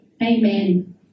Amen